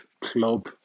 club